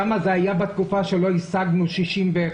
אוסאמה, זה היה בתקופה שלא הישגנו 61